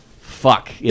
Fuck